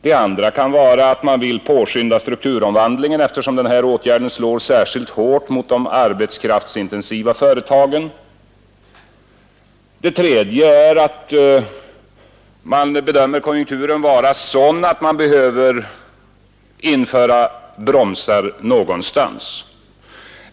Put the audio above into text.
Det andra skälet kan vara att man vill påskynda strukturutvecklingen — denna åtgärd slår ju särskilt hårt mot de arbetskraftsintensiva företagen. Ett tredje skäl kan vara att man bedömer konjunkturen vara sådan att man behöver införa bromsar någonstans.